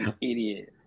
Idiot